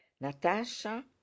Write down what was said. natasha